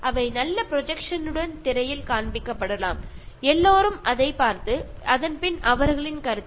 അത് നല്ലതുപോലെ ഒരു സ്ക്രീനിൽ പ്രൊജക്ട് ചെയ്ത് കാണിച്ചാൽ എല്ലാവർക്കും കാണാനും അതിൽ അഭിപ്രായം പറയാനും കഴിയും